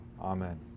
Amen